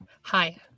Hi